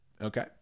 okay